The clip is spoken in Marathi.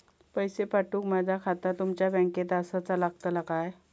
पैसे पाठुक माझा खाता तुमच्या बँकेत आसाचा लागताला काय?